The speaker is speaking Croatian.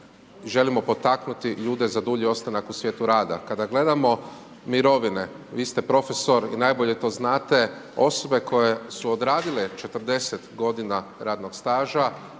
želimo potaknuti ljude za dulji ostanak u svijetu rada. Kada gledamo mirovine, vi ste profesor i najbolje to znate, osobe koje su odradile 40 g. radnog staža